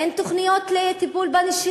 אין טיפול בנשירה.